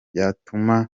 byatuma